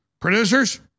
Producers